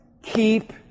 keep